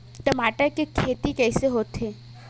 टमाटर के खेती कइसे होथे?